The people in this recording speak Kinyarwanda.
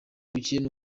bukeye